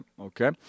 okay